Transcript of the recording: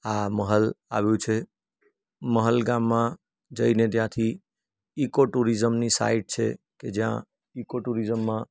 આ મહલ આવ્યું છે મહલ ગામમાં જઈને ત્યાંથી ઈકો ટૂરિઝમની સાઇટ છે કે જ્યાં ઈકો ટૂરિઝમમાં